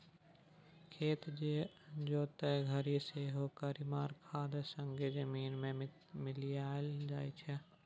खेत जोतय घरी सेहो कीरामार खाद संगे जमीन मे मिलाएल जाइ छै